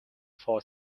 four